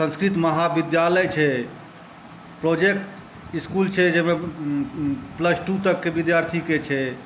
संस्कृत महाविद्यालय छै project school छै जाहिमे प्लसटू तक के विद्यार्थी तक के छै